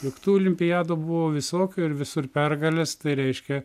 juk tų olimpiadų buvo visokių ir visur pergalės tai reiškia